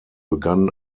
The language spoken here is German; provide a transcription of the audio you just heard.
begann